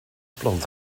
plan